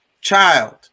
Child